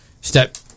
step